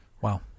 Wow